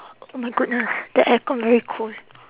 oh my goodness the aircon very cold